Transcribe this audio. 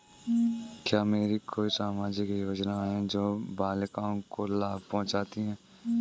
क्या ऐसी कोई सामाजिक योजनाएँ हैं जो बालिकाओं को लाभ पहुँचाती हैं?